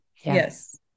Yes